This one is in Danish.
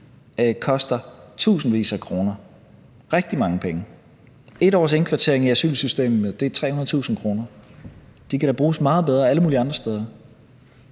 koster tusindvis af kroner – rigtig mange penge. 1 års indkvartering i asylsystemet er 300.000 kr. De kan da bruges meget bedre alle mulige andre steder.